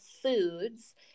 foods